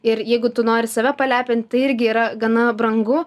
ir jeigu tu nori save palepint tai irgi yra gana brangu